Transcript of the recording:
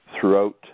throughout